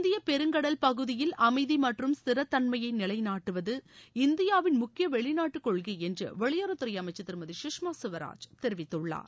இந்திய பெருங்கடல் பகுதியில் அமைதி மற்றும் ஸ்திரத்தன்மையை நிலைநாட்டுவது இந்தியாவின் முக்கிய வெளிநாட்டு கொள்கை என்று வெளியுறவு அமைச்ச் திருமதி கஷ்மா கவராஜ் தெரிவித்துள்ளார்